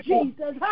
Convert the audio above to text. Jesus